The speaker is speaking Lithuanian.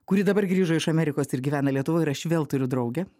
kuri dabar grįžo iš amerikos ir gyvena lietuvoj ir aš vėl turiu draugę